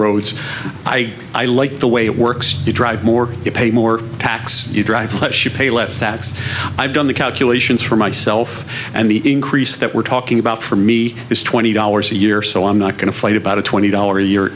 roads i i like the way it works you drive more you pay more tax you drive less should pay less tax i've done the calculations for myself and the increase that we're talking about for me is twenty dollars a year so i'm not going to fight about a twenty dollar